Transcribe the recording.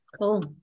cool